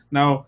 Now